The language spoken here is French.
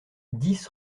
dix